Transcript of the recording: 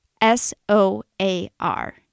S-O-A-R